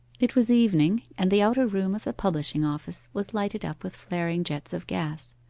it was evening, and the outer room of the publishing-office was lighted up with flaring jets of gas.